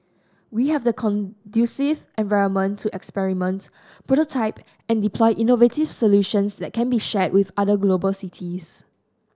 we have the conducive environment to experiment prototype and deploy innovative solutions that can be shared with other global cities